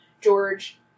george